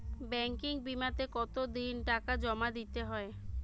Banking বিমাতে কত দিন টাকা জমা দিতে হয়?